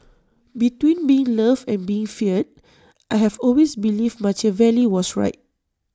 between being loved and being feared I have always believed Machiavelli was right